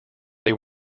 all